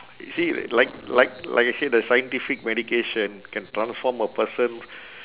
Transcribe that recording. you see like like like I said the scientific medication can transform a person